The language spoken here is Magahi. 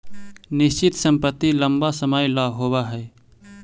निश्चित संपत्ति लंबा समय ला होवऽ हइ